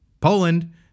Poland